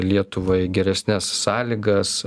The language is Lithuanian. lietuvai geresnes sąlygas